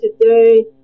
today